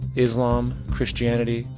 islam, christianity,